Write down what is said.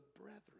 brethren